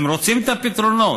הם רוצים את הפתרונות,